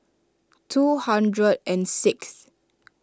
two hundred and sixth